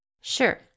Sure